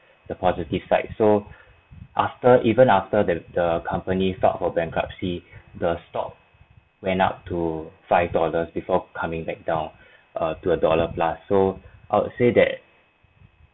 the positive side so after even after the the company filed for bankruptcy the stock went up to five dollars before coming back down err to a dollar plus so I would say that